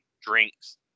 drinks